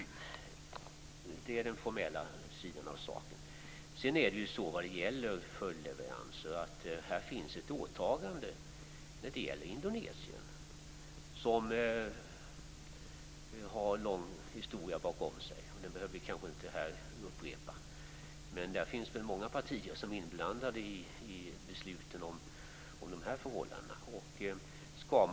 Det är den formella sidan av saken. Vad gäller följdleveranser finns ett åtagande för Indonesiens del. Detta åtagande har en lång historia bakom sig, men den kanske vi inte behöver upprepa här. Många partier har varit inblandade i besluten om de här förhållandena.